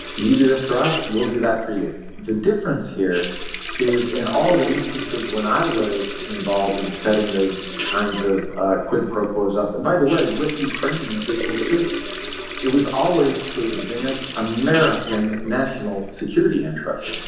you do this for us. we'll do that for you. the difference here is in all the instances when i was involved in setting those kinds of quid pro quos up by the way with ukrainian officials too it was always to advance american national security interests.